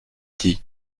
dit